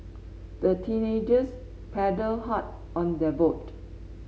the teenagers paddled hard on their boat